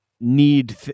need